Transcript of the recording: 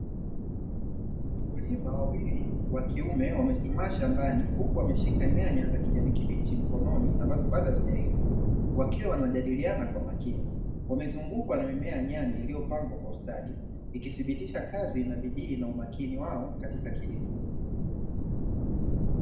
Wakulima wawili wa kiume wamechuchumaa shambani huku wameshika nyanya za kijani kibichi mkononi ambazo bado hazijaiva wakiwa wanajadiliana kwa makini, wamezungukwa na mimea ya nyanya iliyopangwa kwa ustadi, ikidhibitisha kazi na bidii na umakini wao katika kilimo.